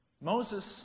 Moses